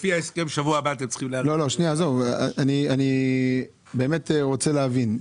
אני באמת רוצה להבין.